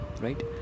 right